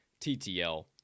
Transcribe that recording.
TTL